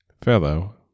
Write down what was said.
Fellow